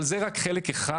אבל זה רק חלק אחד.